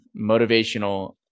motivational